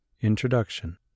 Introduction